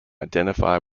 identify